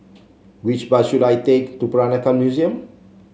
which bus should I take to Peranakan Museum